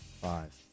Five